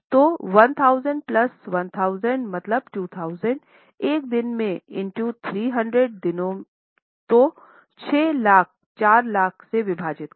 तो 1000 प्लस 1000 मतलब 2000 एक दिन में ईंटो 300 दिनों तो 6 लाख 4 लाख से विभाजित करे